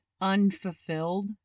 unfulfilled